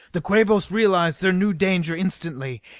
the quabos realized their new danger instantly,